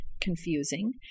confusing